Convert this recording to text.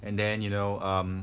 and then you know um